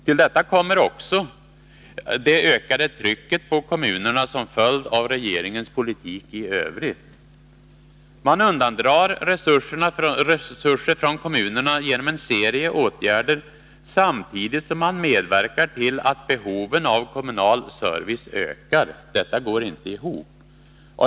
Till detta kommer också det ökade trycket på kommunerna som följd av regeringens politik i övrigt. Man undandrar resurser från kommunerna genom en serie åtgärder, samtidigt som man medverkar till att behoven av kommunal service ökar. Detta går inte ihop.